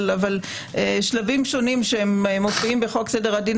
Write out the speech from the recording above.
אבל שלבים שונים שמופיעים בחוק סדר הדין